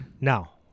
Now